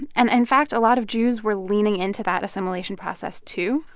and, in fact, a lot of jews were leaning into that assimilation process, too.